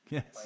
Yes